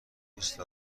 نیست